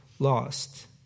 Lost